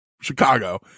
Chicago